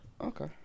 Okay